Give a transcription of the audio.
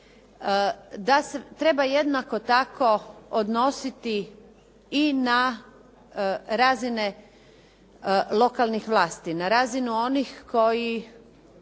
da se treba jednako tako odnositi i na razine lokalnih vlasti, na razini onih koji